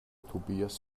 tobias